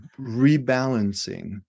rebalancing